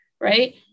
right